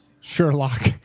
Sherlock